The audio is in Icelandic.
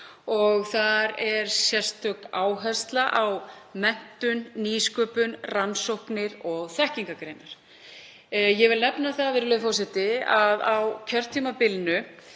og þar er sérstök áhersla á menntun, nýsköpun, rannsóknir og þekkingargreinar. Ég vil nefna það að á kjörtímabilinu